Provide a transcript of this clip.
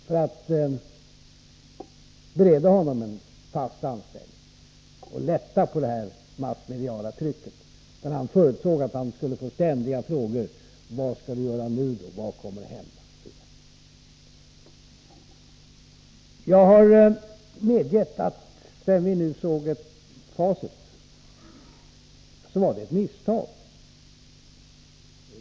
Vi ville ge honom en fast anställning och lätta på det massmediala trycket, men Ove Rainer förutsåg att han ständigt skulle få frågor: vad skall vi göra nu då, vad kommer att hända? Jag har medgett att det har visat sig vara ett misstag, sedan vi nu har sett facit.